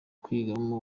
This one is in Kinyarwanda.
kwigiramo